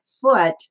foot